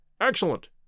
Excellent